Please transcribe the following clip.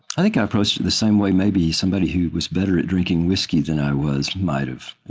i think i approached it the same way maybe somebody who was better at drinking whiskey than i was might have.